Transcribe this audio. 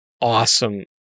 awesome